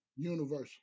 Universal